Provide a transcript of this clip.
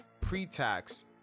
pre-tax